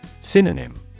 Synonym